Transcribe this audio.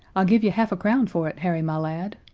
i'll give you half a crown for it, harry, my lad,